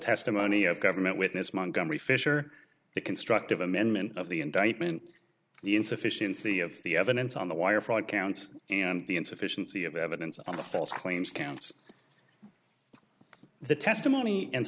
testimony of government witness montgomery fisher the constructive amendment of the indictment the insufficiency of the evidence on the wire fraud counts and the insufficiency of evidence on the false claims counts the testimony and